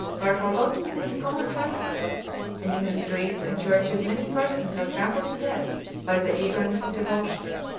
were forgotten in the common transport and in the streets and churches many persons were trampled to death by the eagerness of devotion.